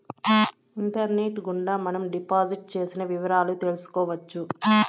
internet గుండా మనం deposit చేసిన వివరాలు తెలుసుకోవచ్చు